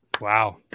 Wow